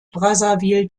brazzaville